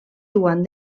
joan